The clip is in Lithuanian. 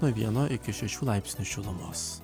nuo vieno iki šešių laipsnių šilumos